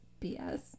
BS